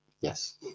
Yes